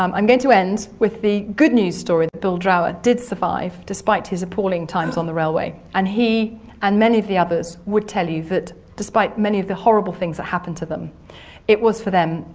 um i'm going to end with the good news story that bill drower did survive, despite his appalling times on the railway. and he and many of the others would tell you that despite many of the horrible things that happened to them it was, for them,